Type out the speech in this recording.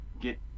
get